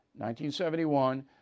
1971